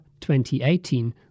2018